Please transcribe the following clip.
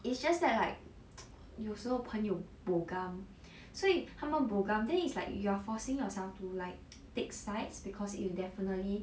it's just that like 有时候朋友 bo gam 所以他们 bo gam then it's like you're forcing yourself to like take sides because you'll definitely